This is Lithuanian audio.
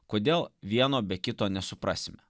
kodėl vieno be kito nesuprasime